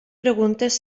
preguntes